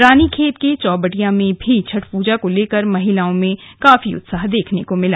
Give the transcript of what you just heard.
रानीखेत के चौबटिया में भी छठ पूजा को लेकर महिलाओं में काफी उत्साह देखने को मिला